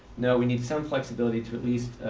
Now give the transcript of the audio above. no, we need some flexibility to at least,